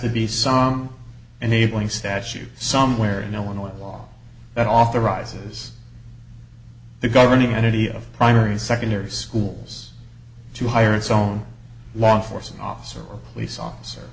to be some enabling statute somewhere in illinois law that authorizes the governing entity of primary and secondary schools to hire its own law enforcement officer or police officer